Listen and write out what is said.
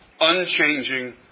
unchanging